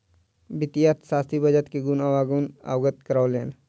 वित्तीय अर्थशास्त्री बजट के गुण अवगुण सॅ अवगत करौलैन